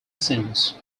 since